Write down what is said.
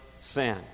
sin